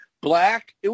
black